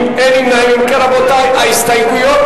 ההסתייגויות